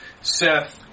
Seth